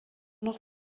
noch